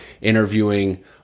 interviewing